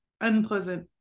unpleasant